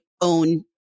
own